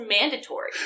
mandatory